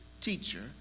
teacher